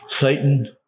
Satan